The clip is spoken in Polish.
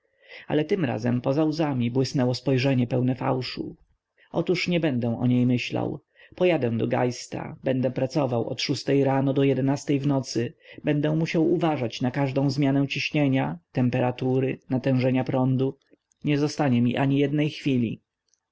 ale tym razem poza łzami błysnęło spojrzenie pełne fałszu otóż nie będę o niej myślał pojadę do geista będę pracował od szóstej rano do jedenastej w nocy będę musiał uważać na każdą zmianę ciśnienia temperatury natężenia prądu nie zostanie mi ani jednej chwili